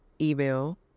email